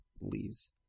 leaves